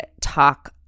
talk